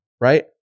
right